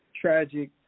tragic